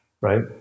right